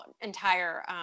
entire